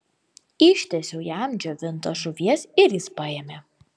ištiesiau jam džiovintos žuvies ir jis paėmė